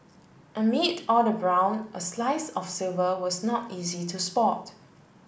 amid all the brown a slice of silver was not easy to spot